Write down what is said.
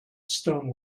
stone